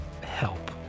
help